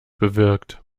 bewirkt